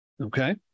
okay